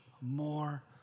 more